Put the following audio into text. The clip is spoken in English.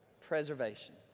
preservation